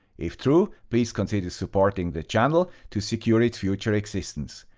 if true, please consider supporting the channel to secure its future existence.